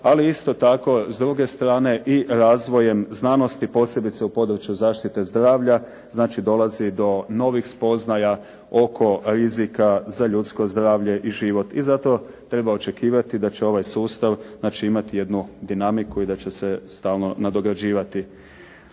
ali isto tako s druge strane i razvojem znanosti, posebice u području zaštite zdravlja, znači dolazi do novih spoznaja oko rizika za ljudsko zdravlje i život. I zato treba očekivati da će ovaj sustav imati jednu dinamiku i da će se stalno nadograđivati.